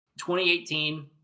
2018